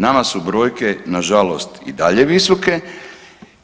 Nama su brojke na žalost i dalje visoke